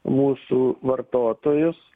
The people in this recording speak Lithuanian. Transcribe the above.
mūsų vartotojus